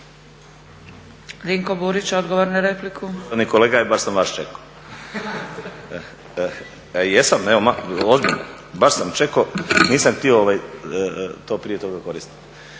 Nansi Tireli, odgovor na repliku.